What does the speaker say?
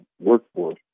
workforce